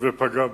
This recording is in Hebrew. ופגע בהם.